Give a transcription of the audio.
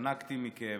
השתנקתי מכאב.